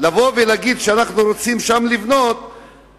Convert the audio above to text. לבוא ולהגיד שאנחנו רוצים לבנות שם,